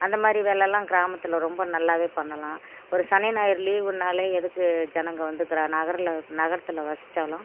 அந்த மாதிரி வேலைலாம் கிராமத்தில் ரொம்ப நல்லாவே பண்ணலாம் ஒரு சனி ஞாயிறு லீவுனாலே எதுக்கு ஜனங்க வந்து கிர நகரில் நகரத்தில் வசிச்சாலும்